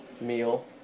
meal